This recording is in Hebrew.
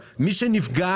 מי שנפגע